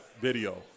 video